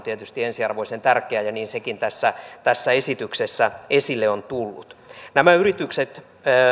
tietysti ensiarvoisen tärkeää ja niin sekin tässä tässä esityksessä esille on tullut nämä yritykset